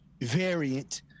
variant